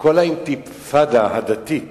כל האינתיפאדה הדתית